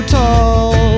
tall